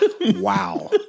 wow